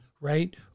right